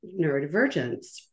neurodivergence